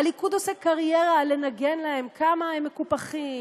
הליכוד עושה קריירה על לנגן להם כמה הם מקופחים,